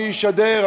מי ישדר,